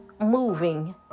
moving